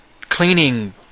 cleaning